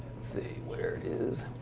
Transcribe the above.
see where is